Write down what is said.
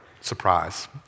surprise